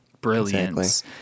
brilliance